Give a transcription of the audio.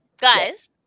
guys